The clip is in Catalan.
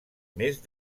més